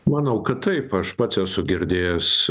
manau kad taip aš pats esu girdėjęs